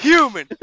Human